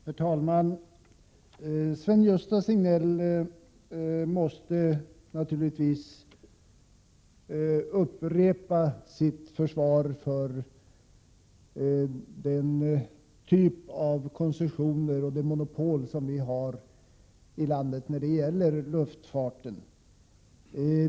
Herr talman! Sven-Gösta Signell måste naturligtvis upprepa sitt försvar för den typ av koncessioner och det monopol som vi har i landet när det gäller luftfarten.